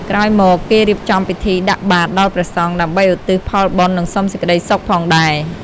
ក្រោយមកគេរៀបចំពិធីដាក់បាត្រដល់ព្រះសង្ឃដើម្បីឧទ្ទិសផលបុណ្យនិងសុំសេចក្តីសុខផងដែរ។